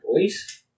boys